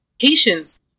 patients